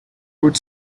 wrote